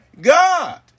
God